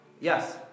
Yes